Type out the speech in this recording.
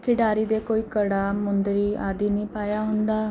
ਖਿਡਾਰੀ ਦੇ ਕੋਈ ਕੜਾ ਮੁੰਦਰੀ ਆਦਿ ਨਹੀਂ ਪਾਇਆ ਹੁੰਦਾ